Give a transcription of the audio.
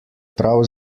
prav